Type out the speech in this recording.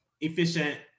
efficient